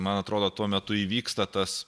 man atrodo tuo metu įvyksta tas